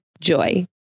Joy